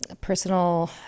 personal